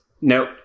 no